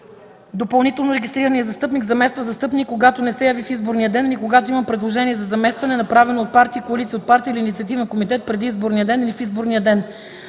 Допълнително регистрираният застъпник замества застъпник, когато не се яви в изборния ден или когато има предложение за заместване, направено от партия, коалиция от партии или инициативен комитет преди изборния ден или в изборния ден.